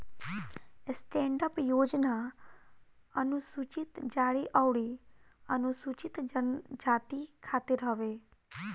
stand up योजना अनुसूचित जाती अउरी अनुसूचित जनजाति खातिर हवे